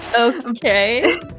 Okay